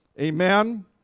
Amen